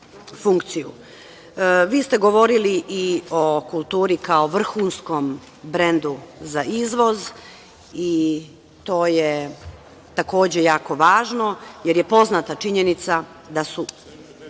ste govorili i o kulturi kao vrhunskom brendu za izvoz i to je, takođe, jako važno, jer je poznata činjenica da su